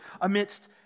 amidst